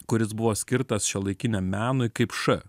kuris buvo skirtas šiuolaikiniam menui kaip š